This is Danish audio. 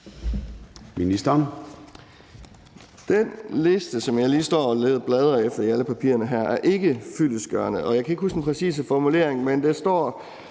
Danielsen): Den liste, som jeg lige står og bladrer efter i alle papirerne her, er ikke fyldestgørende. Jeg kan ikke huske den præcise formulering, men der står